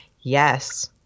Yes